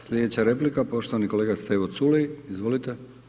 Slijedeća replika poštovani kolega Stevo Culej, izvolite.